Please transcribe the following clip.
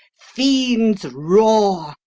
fiends roar,